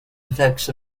effects